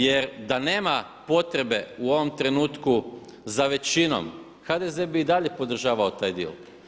Jer da nema potrebe u ovom trenutku za većinom HDZ bi i dalje podržavao taj dio.